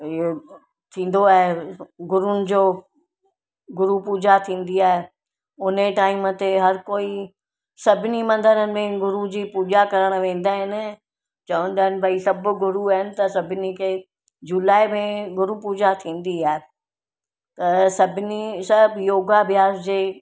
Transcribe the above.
इयो थींदो आहे गुरूनि जो गुरू पूजा थींदी आहे उन्हीअ टाइम ते हर कोई सभिनी मंदरनि में गुरू जी पूजा करण वेंदा आहिनि चवंदा आहिनि भई सभु गुरू आहिनि त सभिनी खे जूलाई में गुरू पूजा थींदी आहे त सभिनी सभु योगा अभ्यास जे